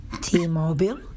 T-Mobile